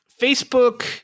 Facebook